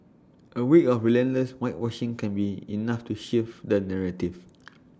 A week of relentless whitewashing can be enough to shift the narrative